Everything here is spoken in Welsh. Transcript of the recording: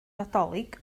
nadolig